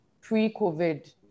pre-COVID